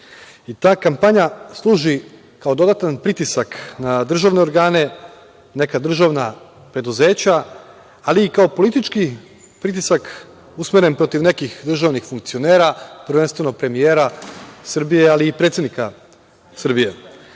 Ta kampanja služi kao dodatan pritisak na državne organe, neka državna preduzeća, ali i kao politički pritisak usmeren protiv nekih državnih funkcionera, prvenstveno premijera Srbije, ali i predsednika Srbije